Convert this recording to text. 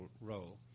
role